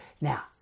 Now